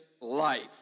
life